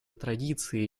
традиции